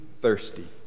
thirsty